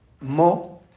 more